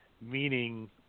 meaning